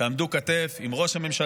תעמדו כתף אל כתף עם ראש הממשלה,